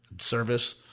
service